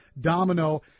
domino